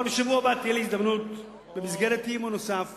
אבל בשבוע הבא תהיה לי הזדמנות במסגרת אי-אמון נוסף